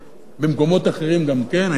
במקומות אחרים גם כן, הייתי אומר,